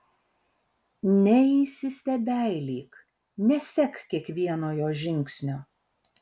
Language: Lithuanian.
neįsistebeilyk nesek kiekvieno jo žingsnio